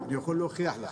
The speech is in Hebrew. אני יכול להוכיח לכם.